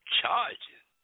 charging